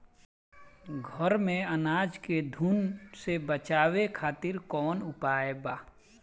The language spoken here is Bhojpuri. घर में अनाज के घुन से बचावे खातिर कवन उपाय बा?